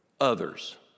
others